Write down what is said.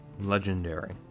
legendary